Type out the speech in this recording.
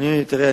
תראה,